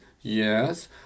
Yes